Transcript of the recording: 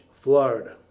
Florida